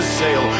sail